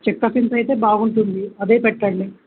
చెక్కఫ ఇంట్ అయితే బాగుంటుంది అదే పెట్టండి